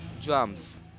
drums